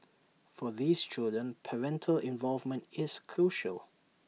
for these children parental involvement is crucial